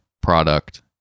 product